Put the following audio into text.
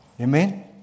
Amen